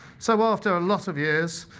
so after a lot of years,